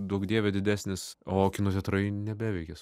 duok dieve didesnis o kino teatrai nebeveikia